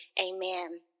amen